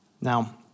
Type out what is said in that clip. Now